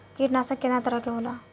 कीटनाशक केतना तरह के होला?